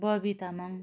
Bobby Tamang